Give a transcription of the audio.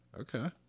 Okay